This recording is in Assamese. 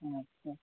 অঁ আচ্ছা